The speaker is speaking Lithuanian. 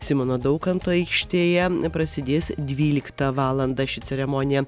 simono daukanto aikštėje prasidės dvyliktą valandą ši ceremonija